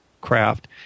craft